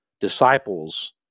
disciples